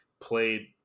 played